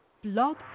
blog